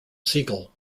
siegel